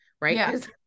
right